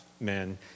men